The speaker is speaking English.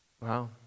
Wow